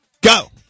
Go